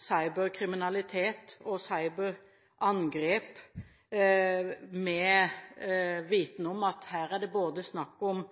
cyberkriminalitet og cyberangrep med viten om at her er det både snakk om